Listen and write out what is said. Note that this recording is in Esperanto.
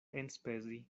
enspezi